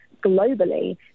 globally